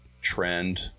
trend